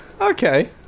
Okay